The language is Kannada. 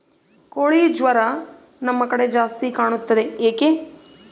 ಕೋಳಿ ಜ್ವರ ನಮ್ಮ ಕಡೆ ಜಾಸ್ತಿ ಕಾಣುತ್ತದೆ ಏಕೆ?